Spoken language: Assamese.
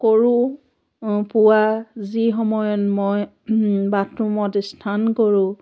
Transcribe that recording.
কৰোঁ পুৱা যি সময়ত মই বাথৰুমত স্নান কৰোঁ